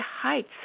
heights